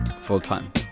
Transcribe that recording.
full-time